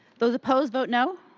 those opposed, vote no.